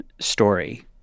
story